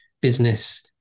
business